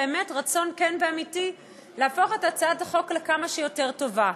באמת רצון כן ואמיתי להפוך את הצעת החוק לכמה שיותר טובה,